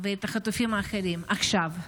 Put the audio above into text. ואת החטופים האחרים עכשיו.